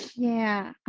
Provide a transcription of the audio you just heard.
yeah.